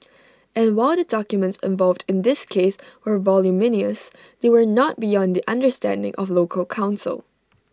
and while the documents involved in this case were voluminous they were not beyond the understanding of local counsel